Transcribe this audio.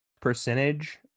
percentage